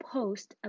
post